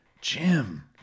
Jim